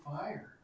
fire